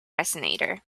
resonator